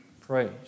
praise